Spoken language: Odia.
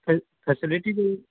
ଫେ ଫ୍ୟାସିଲିଟି ଯେ